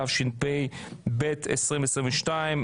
התשפ"ב-2022,